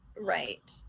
Right